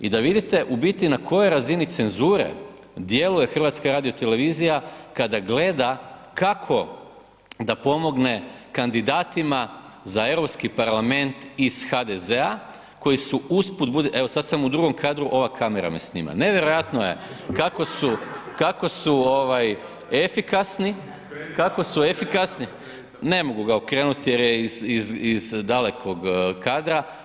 I da vidite u biti na kojoj razini cenzure u biti djeluje HRT kada gleda kako da pomogne kandidatima za Europski parlament iz HDZ-a koji su usput budi, evo sad sam u drugom kadru, ova kamera me snima, nevjerojatno je kako su, kako su ovaj efikasni, kako su efikasni [[Upadica: Okreni ga, okreni.]] ne mogu ga okrenuti jer je iz dalekog kadra.